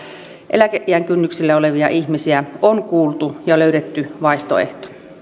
eläkeiän kynnyksellä olevia ihmisiä on kuultu ja löydetty vaihtoehto